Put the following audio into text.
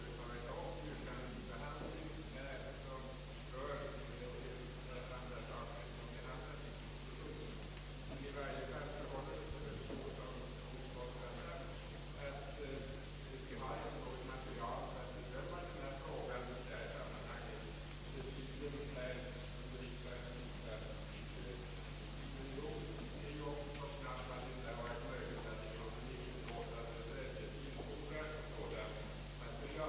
Jag har självfallet ingen anledning att misstänka herr Mossberger för att komma med felaktiga siffror, men jag skall göra en kontroll efteråt, ty jag har aldrig tidigare hört några belopp av här diskuterade medel angivna.